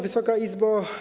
Wysoka Izbo!